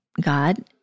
God